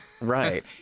Right